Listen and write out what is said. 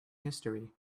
history